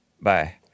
Bye